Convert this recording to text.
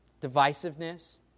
Divisiveness